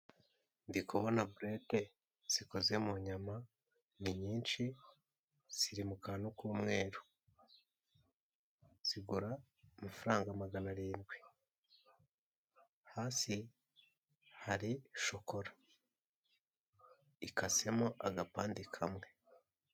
Ndi kubona burete zikoze mu yama ni nyinshi ziri mu kantu k'umweru, ni nyinshi zigura amafaranga magana arindwi, hasi hari shokora ikase mu gapande kamwe ..